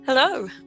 Hello